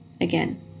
Again